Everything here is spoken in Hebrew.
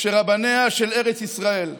שרבניה של ארץ ישראל,